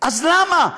אז למה?